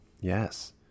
yes